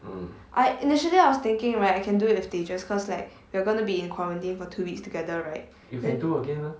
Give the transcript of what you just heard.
I initially I was thinking right I can do it with tayches because like we are going to be in quarantine for two weeks together right then